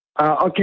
Okay